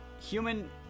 Human